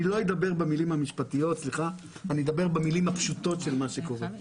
אני לא אדבר במילים המשפטיות אלא במילים הפשוטות לגבי מה שקורה.